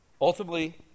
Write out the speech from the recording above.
Ultimately